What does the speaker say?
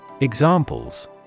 Examples